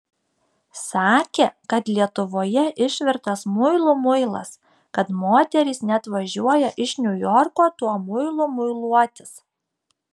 sakė kad lietuvoje išvirtas muilų muilas kad moterys net važiuoja iš niujorko tuo muilu muiluotis